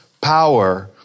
power